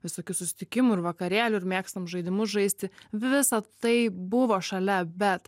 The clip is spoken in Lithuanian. visokių susitikimų ir vakarėlių ir mėgstame žaidimus žaisti visa tai buvo šalia bet